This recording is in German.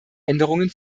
änderungen